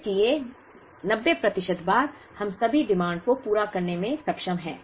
इसलिए 90 प्रतिशत बार हम सभी मांग को पूरा करने में सक्षम हैं